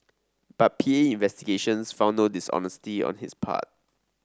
but P A investigations found no dishonesty on his part